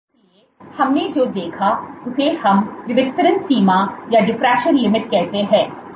इसलिए हमने जो देखा उसे हम विवर्तन सीमा कहते हैं